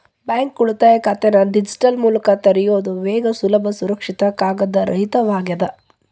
bank ಉಳಿತಾಯ ಖಾತೆನ digital ಮೂಲಕ ತೆರಿಯೋದ್ ವೇಗ ಸುಲಭ ಸುರಕ್ಷಿತ ಕಾಗದರಹಿತವಾಗ್ಯದ